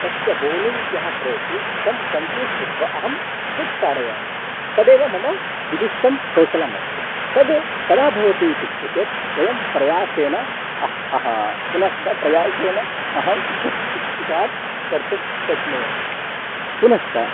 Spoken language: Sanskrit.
तस्य बोलिङ्ग् यः करोति तं कन्फ्यूस् कृत्वा अहं सिक्स् ताडयामि तदेव मम विशिष्टं कौशलम् अस्ति तद् कदा भवति इत्युक्ते चेत् वयं प्रयासेन अहम् अहं पुनश्च प्रयासेन अहं शाट् कर्तुं शक्नोमि पुनश्च